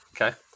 Okay